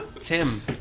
Tim